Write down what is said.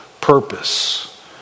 purpose